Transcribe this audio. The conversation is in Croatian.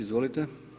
Izvolite.